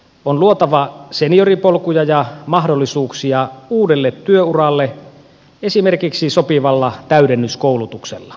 on luotava senioripolkuja ja mahdollisuuksia uudelle työuralle esimerkiksi sopivalla täydennyskoulutuksella